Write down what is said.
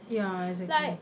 ya exactly